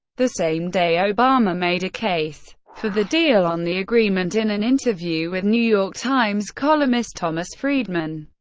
the same day, obama made a case for the deal on the agreement in an interview with new york times columnist thomas friedman.